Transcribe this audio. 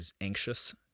anxious